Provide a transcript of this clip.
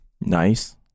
Nice